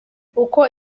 uko